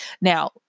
Now